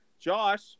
josh